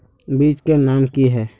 बीज के नाम की है?